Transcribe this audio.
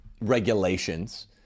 regulations